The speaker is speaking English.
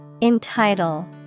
Entitle